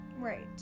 Right